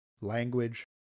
language